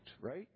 right